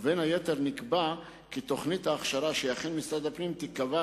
ובין היתר נקבע כי תוכנית ההכשרה שיכין משרד הפנים תיקבע